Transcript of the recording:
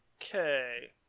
Okay